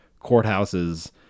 courthouses